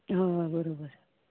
हय बरोबर